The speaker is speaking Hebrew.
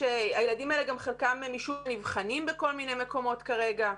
הילדים האלה, חלקם נבחנים בכל מיני מקומות כרגע,